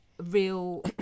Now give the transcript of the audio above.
Real